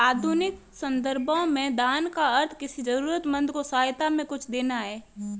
आधुनिक सन्दर्भों में दान का अर्थ किसी जरूरतमन्द को सहायता में कुछ देना है